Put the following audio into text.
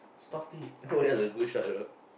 stop it no that's a good shot though